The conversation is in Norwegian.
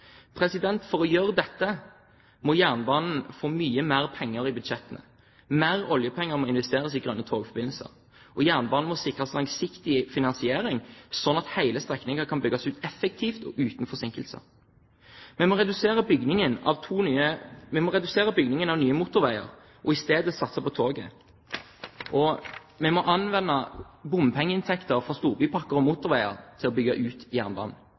For å gjøre dette må jernbanen få mye mer penger i budsjettene. Mer oljepenger må investeres i grønne togforbindelser, og jernbanen må sikres langsiktig finansiering slik at hele strekninger kan bygges ut effektivt og uten forsinkelser. Vi må redusere byggingen av nye motorveier og i stedet satse på toget. Vi må anvende bompengeinntekter fra storbypakker og motorveier til å bygge ut jernbanen.